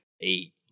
eight